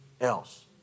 else